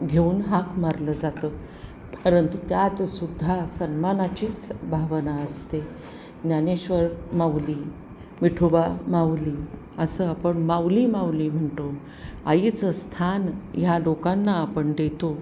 घेऊन हाक मारलं जातं परंतु त्यातसुद्धा सन्मानाचीच भावना असते ज्ञानेश्वर माऊली विठोबा माऊली असं आपण माऊली माऊली म्हणतो आईचं स्थान ह्या लोकांना आपण देतो